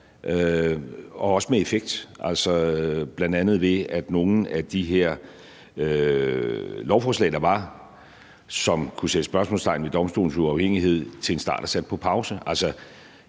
gjort med effekt, altså bl.a. ved at nogle af de her lovforslag, der var, som kunne sætte spørgsmålstegn ved domstolenes uafhængighed, til en start er sat på pause.